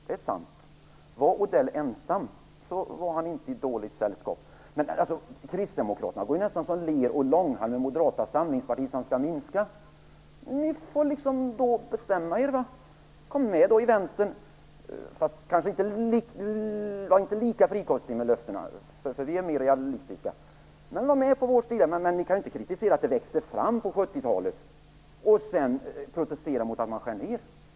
Det är sant. Om Mats Odell var ensam, så var han inte i dåligt sällskap. Kristdemokraterna och Moderata samlingspartiet är ju nästan som ler och långhalm - man skall ju minska ned. Ni får väl bestämma er. Kom med i Vänstern, men var inte lika frikostiga med löftena! Vi är mera realistiska. Var med på vår sida, men ni kan inte kritisera det som växte fram på 70-talet och sedan protestera mot nedskärningar.